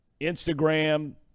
Instagram